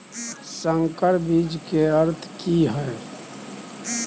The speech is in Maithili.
संकर बीज के अर्थ की हैय?